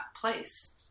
place